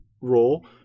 role